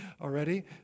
already